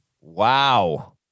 Wow